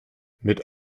mit